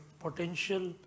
potential